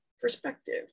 perspective